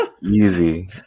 Easy